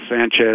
Sanchez